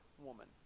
woman